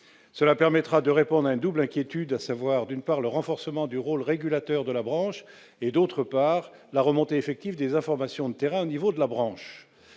Cela permettra de répondre à une double inquiétude quant au renforcement du rôle régulateur de la branche, d'une part, et à la remontée effective des informations de terrain au niveau de la branche,